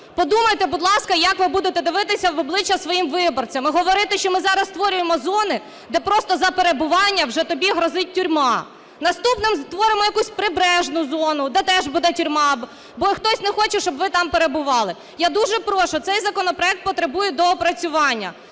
Подумайте, будь ласка, як ви будете дивитися в обличчя своїм виборцям і говорити, що ми зараз створюємо зони, де просто за перебування вже тобі грозить тюрма. Наступним створимо якусь прибережну зону, де теж буде тюрма, бо хтось не хоче, щоб ви там перебували. Я дуже прошу, цей законопроект потребує доопрацювання.